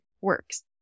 works